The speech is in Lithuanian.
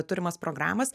turimas programas